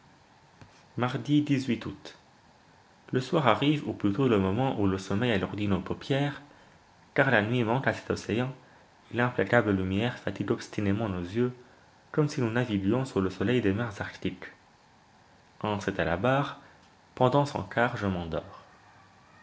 mardi août le soir arrive ou plutôt le moment où le sommeil alourdit nos paupières car la nuit manque à cet océan et l'implacable lumière fatigue obstinément nos yeux comme si nous naviguions sous le soleil des mers arctiques hans est à la barre pendant son quart je m'endors